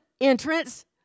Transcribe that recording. entrance